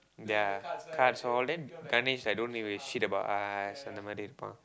their cards all then Ganesh like don't give a shit about us